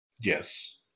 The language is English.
Yes